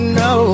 no